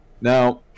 now